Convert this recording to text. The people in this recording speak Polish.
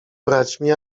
braćmi